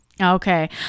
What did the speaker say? okay